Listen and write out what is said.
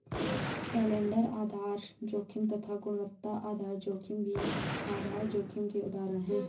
calendar आधार जोखिम तथा गुणवत्ता आधार जोखिम भी आधार जोखिम के उदाहरण है